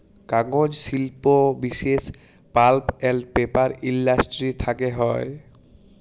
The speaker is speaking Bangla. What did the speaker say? কাগজ শিল্প বিশেষ পাল্প এল্ড পেপার ইলডাসটিরি থ্যাকে হ্যয়